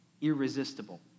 irresistible